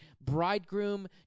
bridegroom